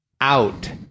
out